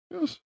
Yes